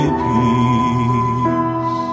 peace